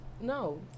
No